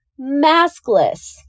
maskless